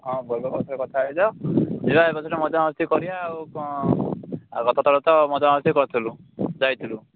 ହଁ ବୋଲେରୋ ଵାଲା ସହ କଥା ହେଇଯାଅ ଯିବା ଏ ବର୍ଷ ଟିକେ ମଜାମସ୍ତି କରିବା କ'ଣ ଆଉ ଗତଥର ତ ମଜାମସ୍ତି କରିଥିଲୁ ଯାଇଥିଲୁ